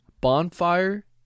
Bonfire